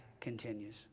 continues